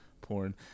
porn